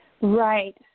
Right